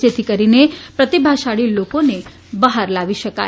જેથી કરીને પ્રતિભાશાળી લોકોને બહાર લાવી શકાય